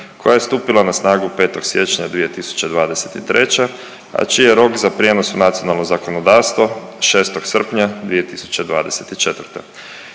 koja je stupila na snagu 5. siječnja 2023., a čiji je rok za prijenos u nacionalno zakonodavstvo 6. srpnja 2024..